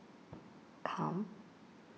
calm